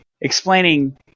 explaining